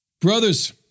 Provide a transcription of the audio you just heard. Brothers